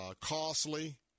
costly